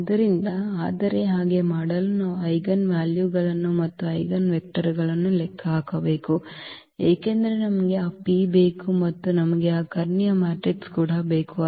ಆದ್ದರಿಂದ ಆದರೆ ಹಾಗೆ ಮಾಡಲು ನಾವು ಐಜೆನ್ ವ್ಯಾಲ್ಯೂಗಳನ್ನು ಮತ್ತು ಐಜೆನ್ ವೆಕ್ಟರ್ಗಳನ್ನು ಲೆಕ್ಕ ಹಾಕಬೇಕು ಏಕೆಂದರೆ ನಮಗೆ ಆ P ಬೇಕು ಮತ್ತು ನಮಗೆ ಆ ಕರ್ಣೀಯ ಮ್ಯಾಟ್ರಿಕ್ಸ್ ಕೂಡ ಬೇಕು